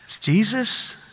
Jesus